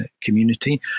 community